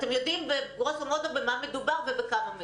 אתם יודעים בגרוסו-מודו במה מדובר ובכמה מדובר.